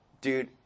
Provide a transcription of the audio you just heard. dude